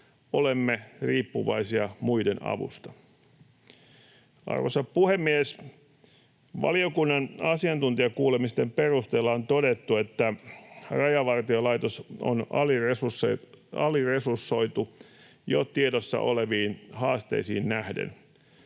olemme riippuvaisia muiden avusta. Arvoisa puhemies! Valiokunnan asiantuntijakuulemisten perusteella on todettu, että Rajavartiolaitos on aliresursoitu jo tiedossa oleviin haasteisiin nähden.